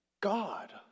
God